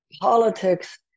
politics